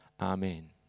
Amen